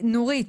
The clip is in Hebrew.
נורית,